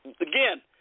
again